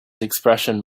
expression